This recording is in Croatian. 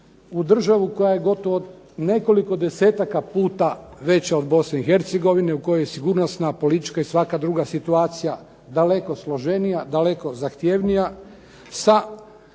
u državu koja je gotovo nekoliko desetaka puta veća od Bosne i Hercegovine u kojoj sigurnosna, politička i svaka druga situacija daleko složenija, daleko zahtjevnija sa